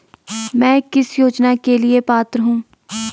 मैं किस योजना के लिए पात्र हूँ?